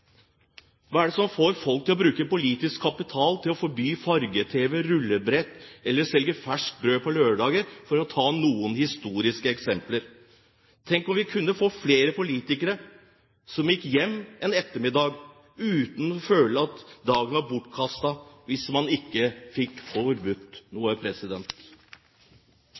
Hva er det som får folk til å bruke politisk kapital til å forby farge-tv, rullebrett eller det å selge ferskt brød på lørdager, for å ta noen historiske eksempler. Tenk om vi kunne få flere politikere som gikk hjem en ettermiddag uten å føle at dagen var bortkastet hvis man ikke fikk forbudt noe.